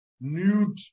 nude